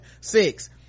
Six